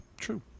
true